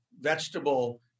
vegetable